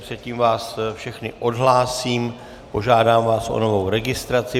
Předtím vás všechny odhlásím, požádám vás o novou registraci.